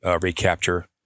recapture